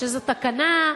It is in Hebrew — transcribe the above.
שהיא תקנה,